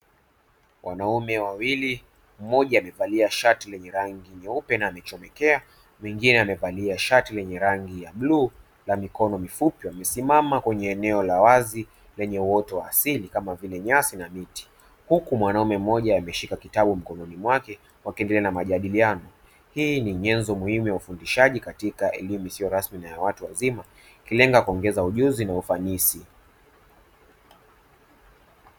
Wanaume wawili, mmoja amevalia shati lenye rangi nyeupe na amechomekea, na mwingine amevalia shati lenye rangi ya bluu na mikono mifupi, wamesimama kwenye eneo la wazi lenye uoto wa asili kama vile nyasi na miti, huku mwanaume mmoja ameshika kitabu mkononi mwake wakiendelea na majadiliano. Hii ni nyenzo muhimu ya ufundishaji katika elimu isiyo rasmi na ya watu wazima, ikilenga kuongeza ujuzi na ufanisi.